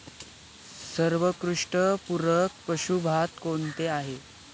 सर्वोत्कृष्ट पूरक पशुखाद्य कोणते आहे?